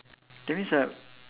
that means uh